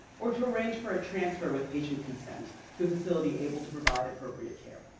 or to arrange for a transfer with patient consent to a facility able to provide appropriate care.